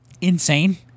insane